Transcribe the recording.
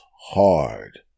hard